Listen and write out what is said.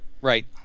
Right